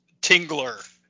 tingler